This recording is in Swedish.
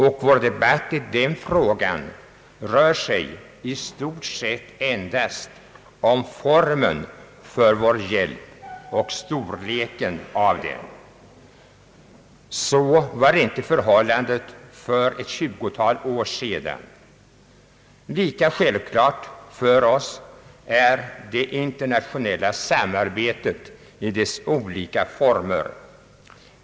Vår debatt i den frågan rör sig i stort sett endast om formen för vår hjälp och storleken av den. Så var inte förhållandet för ett tjugutal år sedan. Lika självklart för oss är det internationella samarbetet i dess olika former.